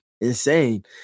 Insane